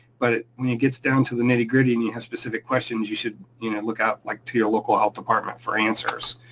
but when it gets down to the nitty gritty and you have specific questions you should you know look out like to your local health department for answers.